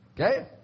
Okay